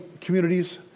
communities